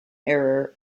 error